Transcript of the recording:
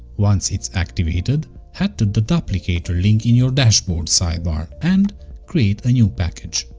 once it's activated, head to the duplicator link in your dashboard sidebar and create a new package